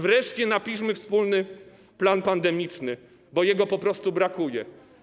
Wreszcie napiszmy wspólny plan pandemiczny, bo jego po prostu brakuje.